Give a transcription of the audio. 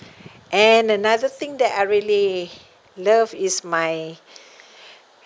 and another thing that I really love is my